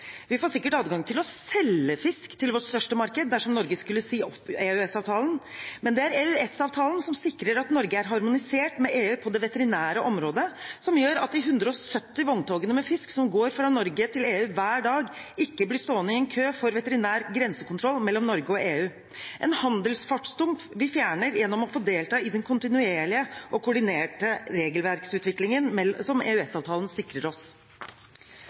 Vi får sikkert adgang til å selge fisk til vårt største marked dersom Norge skulle si opp EØS-avtalen, men det er EØS-avtalen som sikrer at Norge er harmonisert med EU på det veterinære området, noe som gjør at de 170 vogntogene med fisk som går fra Norge til EU hver dag, ikke blir stående i kø for veterinær grensekontroll mellom Norge og EU – en handelsfartsdump vi fjerner gjennom å få delta i den kontinuerlige og koordinerte regelverksutviklingen som EØS-avtalen sikrer oss.